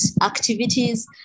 activities